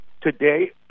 today